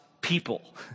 people